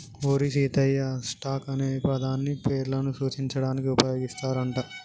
ఓరి సీతయ్య, స్టాక్ అనే పదాన్ని పేర్లను సూచించడానికి ఉపయోగిస్తారు అంట